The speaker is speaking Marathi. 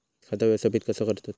खाता व्यवस्थापित कसा करतत?